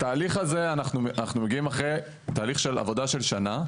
התהליך הזה אנחנו מגיעים אחרי עבודה של שנה,